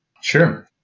Sure